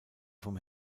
vom